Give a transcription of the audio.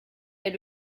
est